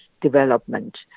development